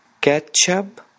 ketchup